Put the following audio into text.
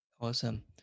Awesome